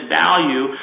value